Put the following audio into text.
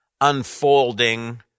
unfolding